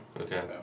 Okay